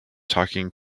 talking